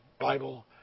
Bible